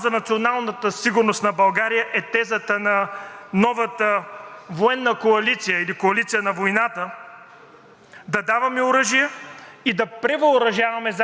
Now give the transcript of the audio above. да даваме оръжие и да превъоръжаваме заедно с това Българската армия. Идеята, че ще получим ново модерно въоръжение